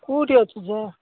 କେଉଁଠି ଅଛୁ ଯେ